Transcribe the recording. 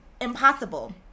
impossible